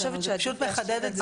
אבל אני חושבת להשאיר את זה.